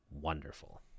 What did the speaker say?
wonderful